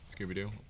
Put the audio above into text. scooby-doo